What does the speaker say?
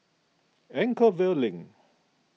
Anchorvale Link